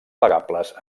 plegables